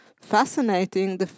fascinating